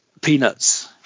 peanuts